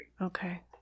Okay